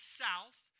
south